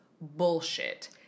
bullshit